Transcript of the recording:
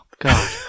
God